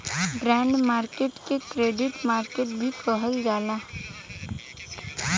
bond market के credit market भी कहल जाला